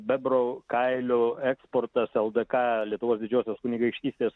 bebrų kailių eksportas ldk lietuvos didžiosios kunigaikštystės